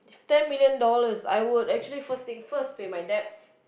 if ten million dollars I would actually first things first pay my debts